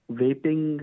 vaping